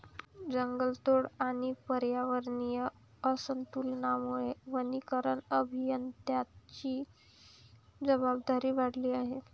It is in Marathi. जंगलतोड आणि पर्यावरणीय असंतुलनामुळे वनीकरण अभियंत्यांची जबाबदारी वाढली आहे